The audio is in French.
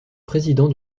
président